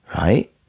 right